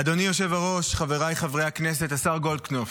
אדוני היושב-ראש, חבריי חברי הכנסת, השר גולדקנופ,